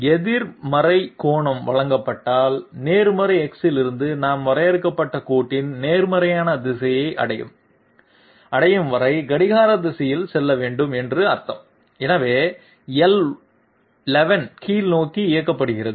எதிர்மறை கோணம் வழங்கப்பட்டால் நேர்மறை X இலிருந்து நாம் வரையறுக்கப்பட்ட கோட்டின் நேர்மறையான திசையை அடையும் வரை கடிகார திசையில் செல்ல வேண்டும் என்று அர்த்தம் எனவே l11 கீழ்நோக்கி இயக்கப்படுகிறது